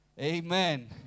amen